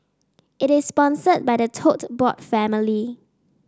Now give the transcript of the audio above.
it is sponsored by the Tote Board family